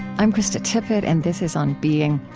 i'm krista tippett and this is on being.